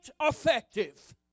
effective